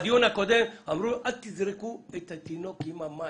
אמרו בדיון הקודם לא לשפוך את התינוק עם המים,